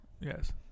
Yes